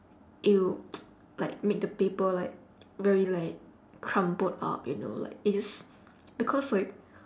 it will like make the paper like very like crumpled up you like it's because like